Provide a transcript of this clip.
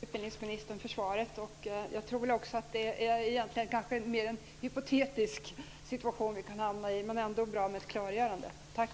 Herr talman! Jag vill bara tacka utbildningsministern för svaret. Jag tror nog också att det egentligen mer är fråga om en hypotetisk situation som man kan hamna i. Men det är ändå bra med ett klargörande. Tack!